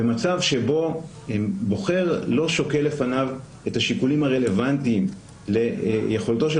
במצב שבו בוחר לא שוקל לפניו את השיקולים הרלוונטיים ליכולתו של